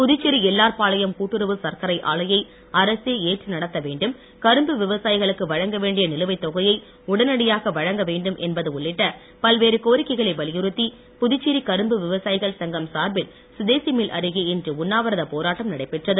Puducherry LR Palayam கூட்டுறவு சர்க்கரை ஆலையை அரசே ஏற்று நடத்த வேண்டும் கரும்பு விவசாயிகளுக்கு வழங்க வேண்டிய நிலுவைத் தொகையை உடனடியாக வழங்க வேண்டும் என்பது உள்ளிட்ட பல்வேறு கோரிக்கைகளை வலியுறுத்தி புதுச்சேரி கரும்பு விவசாயிகள் சங்கம் சார்பில் சுதேசி மில் அருகே இன்று உண்ணாவிரதப் போராட்டம் நடைபெற்றது